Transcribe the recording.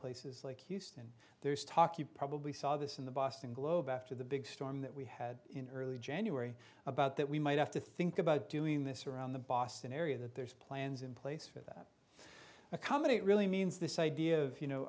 places like houston there's talk you probably saw this in the boston globe after the big storm that we had in early january about that we might have to think about doing this around the boston area that there's plans in place for that a comedy it really means this idea of you know